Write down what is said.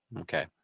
Okay